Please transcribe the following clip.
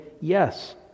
Yes